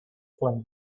flame